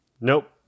Nope